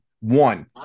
one